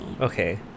Okay